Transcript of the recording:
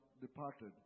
departed